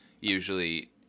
usually